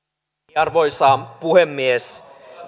arvoisa puhemies